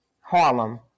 Harlem